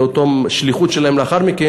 מאותה שליחות שלהם לאחר מכן,